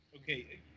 Okay